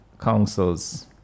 councils